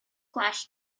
gwell